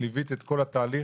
שליווית את כל התהליך.